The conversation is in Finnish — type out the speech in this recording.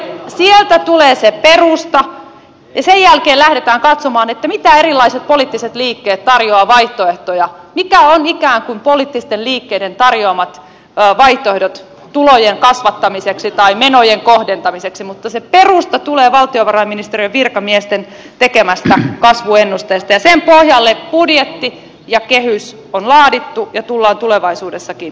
sieltä tulee se perusta ja sen jälkeen lähdetään katsomaan mitä vaihtoehtoja erilaiset poliittiset liikkeet tarjoavat mitkä ovat ikään kuin poliittisten liikkeiden tarjoamat vaihtoehdot tulojen kasvattamiseksi tai menojen kohdentamiseksi mutta se perusta tulee valtiovarainministeriön virkamiesten tekemästä kasvuennusteesta ja sen pohjalle budjetti ja kehys on laadittu ja tullaan tulevaisuudessakin laatimaan